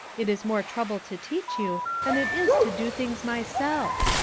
it is more trouble to teach you than it is to do things myself.